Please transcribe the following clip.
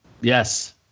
Yes